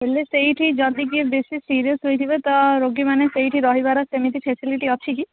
ହେଲେ ସେଇଠି ଯଦି କିଏ ବେଶୀ ସିରିୟସ୍ ହେଇଥିବେ ତ ରୋଗୀମାନେ ସେଇଠି ରହିବାର ସେମିତି ଫ୍ୟାସିଲିଟି ଅଛି କି